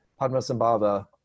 Padmasambhava